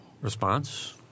Response